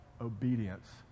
obedience